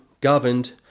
governed